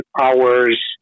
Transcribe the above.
hours